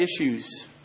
issues